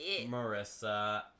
Marissa